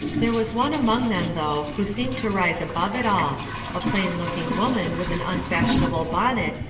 there was one among them, though, who seemed to rise above it all a plain-looking woman with an unfashionable bonnet,